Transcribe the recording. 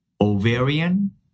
ovarian